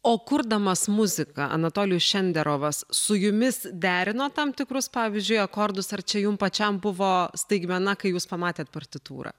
o kurdamas muziką anatolijus šenderovas su jumis derino tam tikrus pavyzdžiui akordus ar čia jum pačiam buvo staigmena kai jūs pamatėt partitūrą